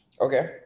Okay